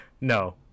no